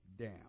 down